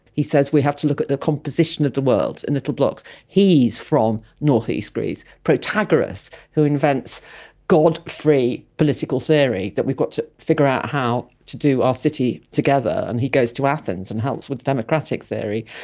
he says we have to look at the composition of the world in little blocks, he is from north-east greece. protagoras, who invents god-free political theory, that we've got to figure out how to do our city together and he goes to athens and helps with democratic theory.